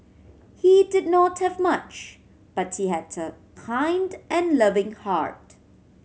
he did not have much but he had a kind and loving heart